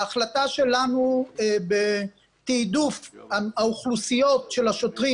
ההחלטה שלנו בתעדוף האוכלוסיות של השוטרים